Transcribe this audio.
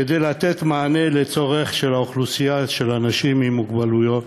כדי לתת מענה לצורך של האוכלוסייה של אנשים עם מוגבלויות